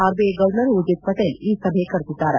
RBI governor Urjit Patel ಈ ಸಭೆ ಕರೆದಿದ್ದಾರೆ